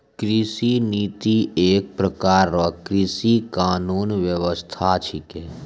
कृषि नीति एक प्रकार रो कृषि कानून व्यबस्था छिकै